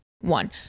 one